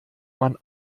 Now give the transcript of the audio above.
man